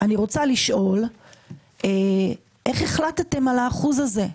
אני רוצה לשאול איך החלטתם על האחוז הזה,